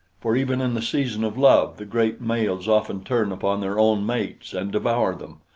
for even in the season of love the great males often turn upon their own mates and devour them,